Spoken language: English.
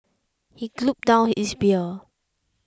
he gulped down his beer